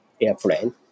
Airplane